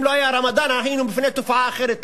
אם לא היה רמדאן היינו, בפני תופעה אחרת.